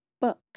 book